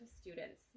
students